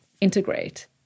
integrate